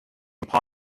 upon